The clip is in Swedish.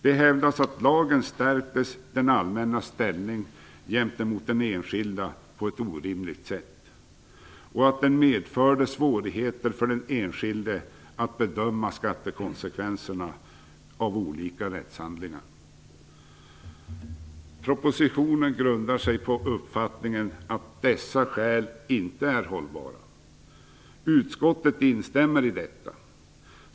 Det hävdades att lagen stärkte det allmännas ställning gentemot den enskilde på ett orimligt sätt och att den medförde svårigheter för den enskilde att bedöma skattekonsekvenserna av olika rättshandlingar. Propositionen grundar sig på uppfattningen att dessa skäl inte är hållbara. Utskottet instämmer i detta.